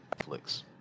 Netflix